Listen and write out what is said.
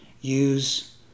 use